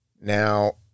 Now